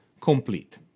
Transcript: complete